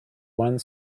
one